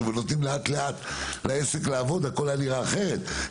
ונותנים לאט-לאט לעסק לעבוד אז הכול היה נראה אחרת.